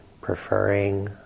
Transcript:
preferring